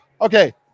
Okay